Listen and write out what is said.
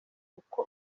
uko